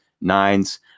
nines